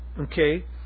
okay